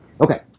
Okay